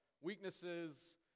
weaknesses